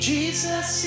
Jesus